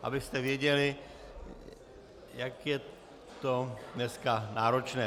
Abyste věděli, jak je to dneska náročné.